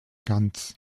ganz